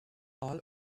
all